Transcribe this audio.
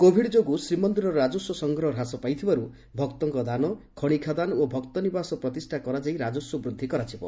Covid ଯୋଗୁଁ ଶ୍ରୀମନ୍ଦିର ରାଜସ୍ୱ ସଂଗ୍ରହ ହ୍ରାସ ପାଇଥିବାରୁ ଭକ୍ତଙ୍କ ଦାନ ଖଶିଖାଦାନ ଓ ଭକ୍ତ ନିବାସ ପ୍ରତିଷା କରାଯାଇ ରାଜସ୍ୱ ବୃଦ୍ଧି କରାଯିବ